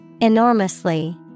Enormously